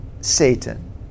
Satan